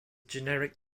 generic